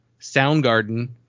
Soundgarden